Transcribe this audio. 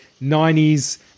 90s